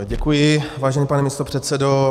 Děkuji, vážený pane místopředsedo.